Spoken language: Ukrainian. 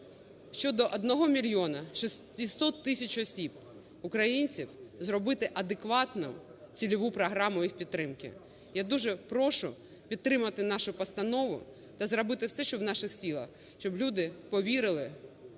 щодо 1 мільйона 600 тисяч осіб-українців, зробити адекватну цільову програму їх підтримки. Я дуже прошу підтримати нашу постанову та зробити все, що в наших силах, щоб люди повірили